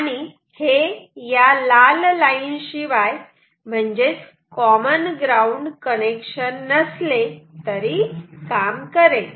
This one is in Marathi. आणि हे या लाल लाइन शिवाय म्हणजेच कॉमन ग्राऊंड कनेक्शन नसले तरी काम करेल